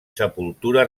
sepultura